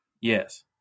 Yes